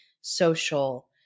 social